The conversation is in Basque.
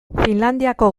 finlandiako